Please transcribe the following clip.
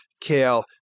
kale